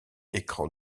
écran